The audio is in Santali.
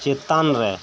ᱪᱮᱛᱟᱱ ᱨᱮ